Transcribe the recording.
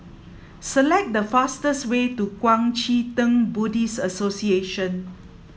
select the fastest way to Kuang Chee Tng Buddhist Association